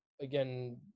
again